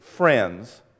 friends